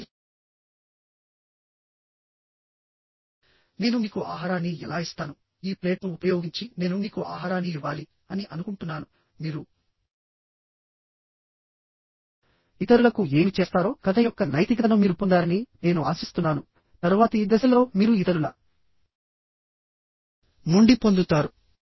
కాబట్టి నేను మీకు ఆహారాన్ని ఎలా ఇస్తాను ఈ ప్లేట్ను ఉపయోగించి నేను మీకు ఆహారాన్ని ఇవ్వాలి అని అనుకుంటున్నాను మీరు ఇతరులకు ఏమి చేస్తారో కథ యొక్క నైతికతను మీరు పొందారని నేను ఆశిస్తున్నాను తరువాతి దశలో మీరు ఇతరుల నుండి పొందుతారు